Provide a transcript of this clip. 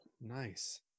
nice